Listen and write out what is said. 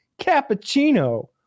cappuccino